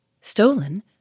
Stolen